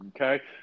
Okay